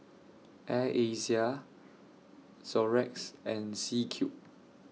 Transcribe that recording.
Air Asia Xorex and C Cube